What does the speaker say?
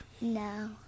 No